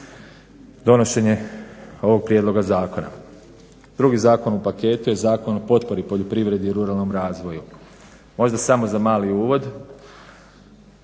donošenje ovog prijedloga zakona. Drugi zakon u paketu je Zakon o potpori poljoprivredi i ruralnom razvoju. Možda samo za mali uvod